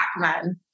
Batman